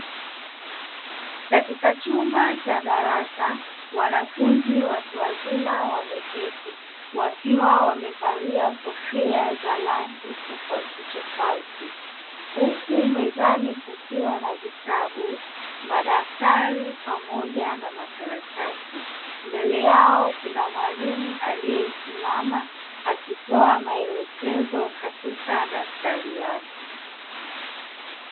Katika chumba cha darasa wanafunzi watu wazima wameketi, wakiwa wamevalia kofia za rangi tofautitofauti; huku mezani kukiwa na vitabu, madaftari pamoja na makaratasi. Mbele yao kuna mwalimu ambaye amesimama akitoa maelekezo katika daftari lake.